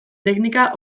teknika